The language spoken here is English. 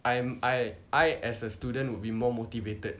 I'm I as a student would be more motivated